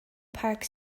park